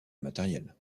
matériel